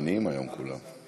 לוחמניים היום כולם.